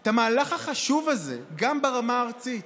את המהלך החשוב הזה, גם ברמה הארצית.